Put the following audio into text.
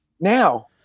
Now